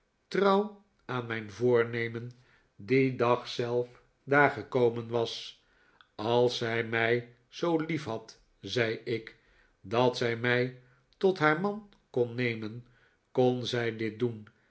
trouw aan mijn voornemen dien dag zelf daar gekomen was als zij mij zoo liefhad zei ik dat zij mij tot haar man kon neirien kon zij dit doen